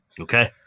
Okay